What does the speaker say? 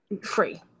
Free